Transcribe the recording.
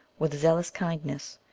with zealous kindness,